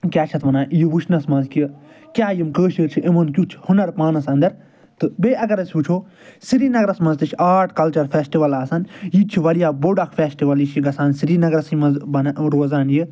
کیٚاہ چھِ اتھ ونان یہ وٕچھنس منٛز کہِ کیٚاہ یِم کٲشر چھِ یِمن کیُتھ چھُ ہنٛر پانس اندر تہ بییٚہ اگر أسۍ وٕچھو سرینگرس منٛز تہِ چھُ آرٹ کلچر فٮ۪سٹول آسان یہ تہِ چھُ واریاہ بوٚڈ اکھ فٮ۪سٹول یہ چھُ گژھان سرینگرسے منٛز روزان یہ